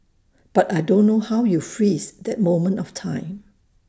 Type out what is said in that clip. but I don't know how you freeze that moment of time